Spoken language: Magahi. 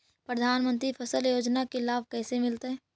प्रधानमंत्री फसल योजना के लाभ कैसे मिलतै?